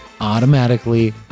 automatically